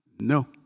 No